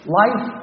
life